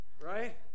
Right